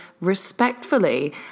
respectfully